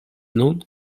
nun